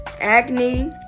Acne